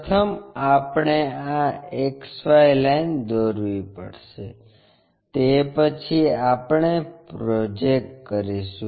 પ્રથમ આપણે આ XY લાઈન દોરવી પડશે તે પછી આપણે પ્રોજેક્ટર દોરીશું